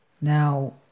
Now